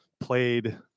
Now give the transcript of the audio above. played